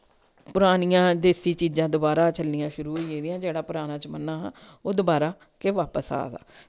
परानियां देस्सी चीजां दवारा चलनियां शुरू होई गेदियां जेह्ड़ा पराना जमाना हा ओह् दवारा गै बापस आ दा